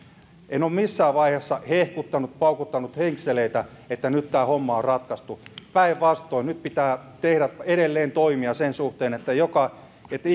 en ole missään vaiheessa hehkuttanut paukuttanut henkseleitä että nyt tämä homma on ratkaistu päinvastoin nyt pitää tehdä edelleen toimia sen suhteen että joka ikinen